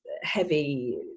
heavy